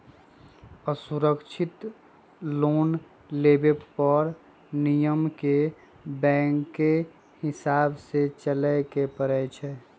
असुरक्षित लोन लेबे पर नियम के बैंकके हिसाबे से चलेए के परइ छै